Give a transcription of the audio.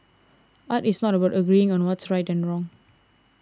art is not about agreeing on what's right or wrong